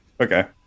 okay